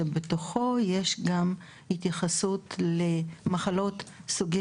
שבתוכו יש גם התייחסות למחלות וסוגי